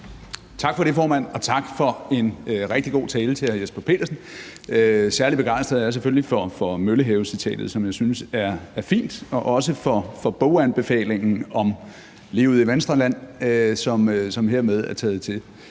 Tak for det, formand, og tak til hr. Jesper Petersen for en rigtig god tale. Særlig begejstret er jeg selvfølgelig for Møllehavecitatet, som jeg synes er fint, og også for boganbefalingen om livet i Venstreland, som hermed er taget til